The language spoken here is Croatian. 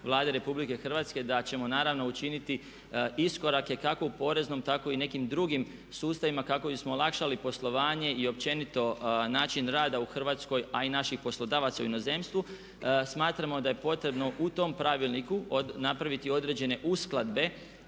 Vlade RH da ćemo naravno učiniti iskorake kako u poreznom, tako i nekim drugim sustavima kako bismo olakšali poslovanje i općenito način rada u Hrvatskoj a i naših poslodavaca u inozemstvu. Smatramo da je potrebno u tom pravilniku napraviti određene uskladbe